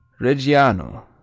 reggiano